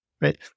right